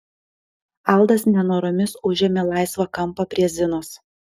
aldas nenoromis užėmė laisvą kampą prie zinos